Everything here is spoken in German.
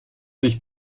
sich